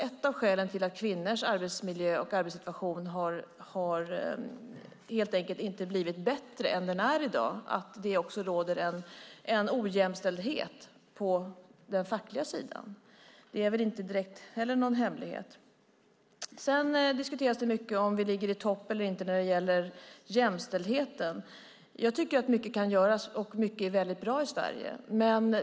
Ett av skälen till att kvinnors arbetsmiljö och arbetssituation helt enkelt inte har blivit bättre än vad den är i dag är att det råder en ojämställdhet på den fackliga sidan. Det är väl inte direkt någon hemlighet. Sedan diskuteras det mycket om vi ligger i topp eller inte när det gäller jämställdheten. Jag tycker att mycket kan göras och att mycket är väldigt bra i Sverige.